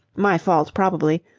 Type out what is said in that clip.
my fault, probably.